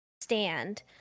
stand